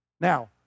Now